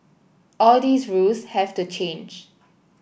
all these rules have to change